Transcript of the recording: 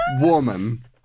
woman